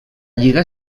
lliga